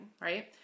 right